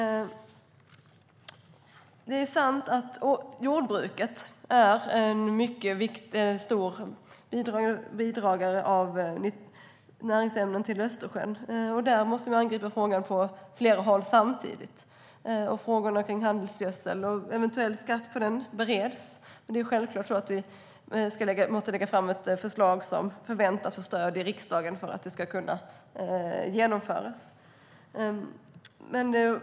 Det är sant att jordbruket är en mycket stor bidragare av näringsämnen till Östersjön. Den frågan måste man angripa från flera håll samtidigt. Frågorna om handelsgödsel och en eventuell skatt på det bereds, men det är självklart så att vi måste lägga fram ett förslag som kan förväntas få stöd i riksdagen för att det ska kunna genomföras.